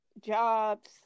jobs